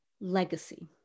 legacy